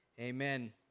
Amen